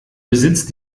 besitzt